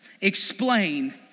explain